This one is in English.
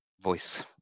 voice